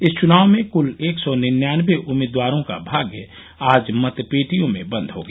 इस चुनाव में कुल एक सौ निन्यानवे उम्मीदवारों का भाग्य आज मतपेटियों में बन्द हो गया